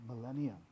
millennium